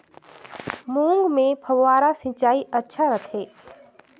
मूंग मे फव्वारा सिंचाई अच्छा रथे?